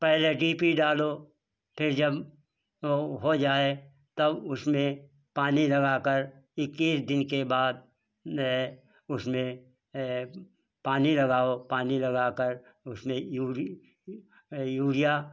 पहले D P डालो फिर जब वो हो जाए तब उसमें पानी लगा कर इक्कीस दिन के बाद उसमें पानी लगाओ पानी लगा कर उसमें यूरी यूरिया